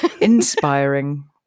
Inspiring